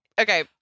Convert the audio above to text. Okay